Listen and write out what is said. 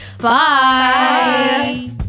Bye